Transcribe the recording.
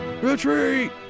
retreat